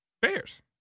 Bears